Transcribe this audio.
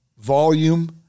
volume